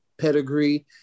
pedigree